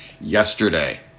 yesterday